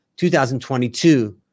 2022